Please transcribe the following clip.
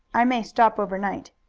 i may stop overnight.